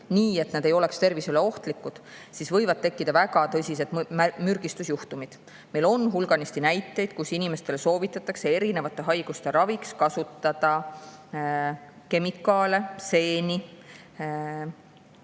nii, et need ei oleks tervisele ohtlikud, siis võivad tekkida väga tõsised mürgistusjuhtumid. Meil on hulganisti näiteid, kus inimestel soovitatakse erinevate haiguste raviks kasutada kemikaale, seeni,